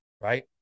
right